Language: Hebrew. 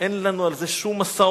אין לנו על זה שום משא-ומתן,